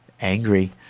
angry